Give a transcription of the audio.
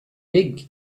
big